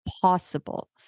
possible